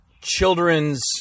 children's